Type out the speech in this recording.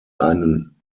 einen